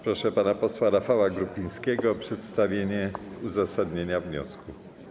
Proszę pana posła Rafała Grupińskiego o przedstawienie uzasadnienia wniosku.